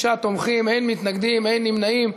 56 תומכים, אין מתנגדים, אין נמנעים.